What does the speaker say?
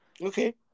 okay